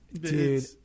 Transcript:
dude